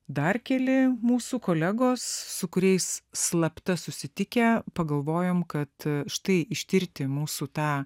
dar keli mūsų kolegos su kuriais slapta susitikę pagalvojom kad štai ištirti mūsų tą